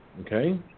okay